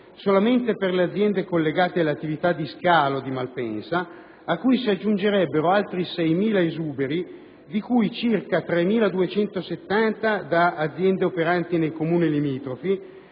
solamente per le aziende collegate all'attività di scalo di Malpensa, a cui si aggiungerebbero altri 6.000 esuberi, di cui circa 3.270 da aziende operanti nei comuni limitrofi